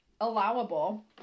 allowable